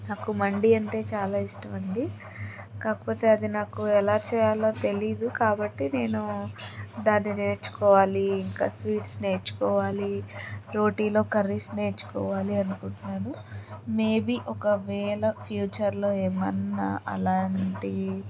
నాకు మండీ అంటే చాలా ఇష్టమండి కాకపోతే అది నాకు ఎలా చేయాలో తెలీదు కాబట్టి నేను దాన్ని నేర్చుకోవాలి ఇంకా స్వీట్స్ నేర్చుకోవాలి రోటీలో కర్రీస్ నేర్చుకోవాలి అనుకుంటున్నాను మే బీ ఒకవేళ ఫ్యూచర్లో ఏమన్నా అలాంటివి